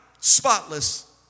spotless